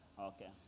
Okay